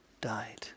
died